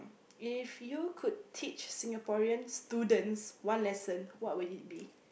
if you could teach Singaporean students one lesson what would it be